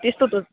त्यस्तो त